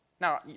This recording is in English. Now